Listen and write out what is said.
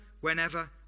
whenever